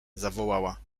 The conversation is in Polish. zawołała